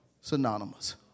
synonymous